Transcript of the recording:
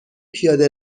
پیاده